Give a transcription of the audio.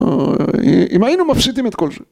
אם היינו מפשיטים את כל זה